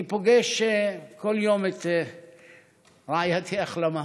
אני פוגש כל יום את רעייתי אחלמה,